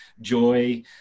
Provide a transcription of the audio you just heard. joy